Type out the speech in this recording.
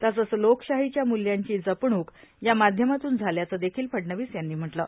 तसंच लोकशाहीच्या मूल्यांची जपणूक या माध्यमातून झाल्याचं देखिल फडणवीस यांनी म्हटलं आहे